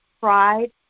pride